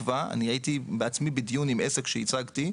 הייתי בעצמי בפתח-תקווה בדיון לגבי עסק שייצגתי,